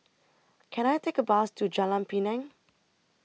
Can I Take A Bus to Jalan Pinang